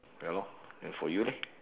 ya lor then for you leh